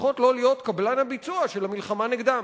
לפחות לא להיות קבלן הביצוע של המלחמה נגדם.